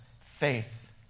faith